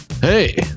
Hey